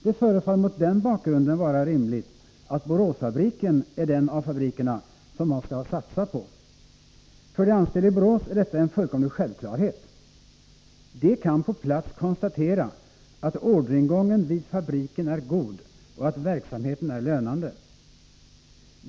Det förefaller mot den bakgrunden vara rimligt 21 december 1983 att Boråsfabriken är den av fabrikerna som man skall satsa på. För de anställda i Borås är detta en fullkomlig självklarhet. De kan på plats Förlängning av konstatera att orderingången vid fabriken är god och att verksamheten är drifttiden för Eisers lönande.